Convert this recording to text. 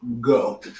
go